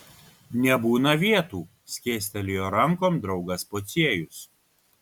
nebūna vietų skėstelėjo rankom draugas pociejus